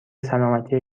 سلامتی